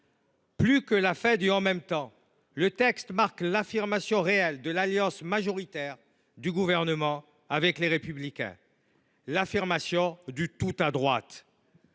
Plus que la fin du « en même temps », le texte marque l’affirmation réelle de l’alliance majoritaire du Gouvernement avec Les Républicains, l’affirmation du « tout à droite